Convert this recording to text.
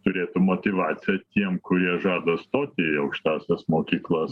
turėtų motyvacija tiem kurie žada stoti į aukštąsias mokyklas